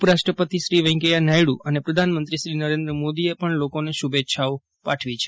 ઉપરાષ્ટ્રપતિ શ્રી વૈકૈયા નાયકુ અને પ્રધાનમંત્રી શ્રી નરેન્દ્ર મોદીએ પણ લોકોને શુભેચ્છાઓ પાઠવી છે